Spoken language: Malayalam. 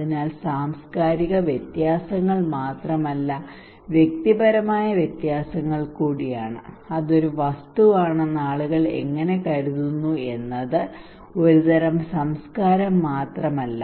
അതിനാൽ സാംസ്കാരിക വ്യത്യാസങ്ങൾ മാത്രമല്ല വ്യക്തിപരമായ വ്യത്യാസങ്ങൾ കൂടിയാണ് അത് ഒരു വസ്തുവാണെന്ന് ആളുകൾ എങ്ങനെ കരുതുന്നു എന്നത് ഒരു തരം സംസ്കാരം മാത്രമല്ല